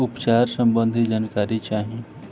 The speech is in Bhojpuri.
उपचार सबंधी जानकारी चाही?